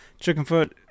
Chickenfoot